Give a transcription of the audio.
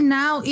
now